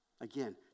Again